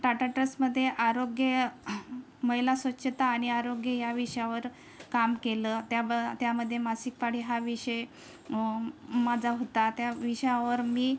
टाटा ट्रस्टमध्ये आरोग्य महिला स्वच्छता आणि आरोग्य या विषयावर काम केलं त्याब त्यामध्ये मासिक पाळी हा विषय माझा होता त्या विषयावर मी